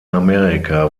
amerika